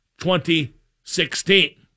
2016